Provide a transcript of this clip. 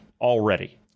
Already